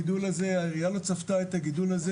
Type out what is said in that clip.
העירייה לא צפתה את הגידול הזה,